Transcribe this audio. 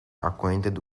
acquainted